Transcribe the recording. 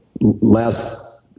last